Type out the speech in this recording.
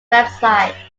website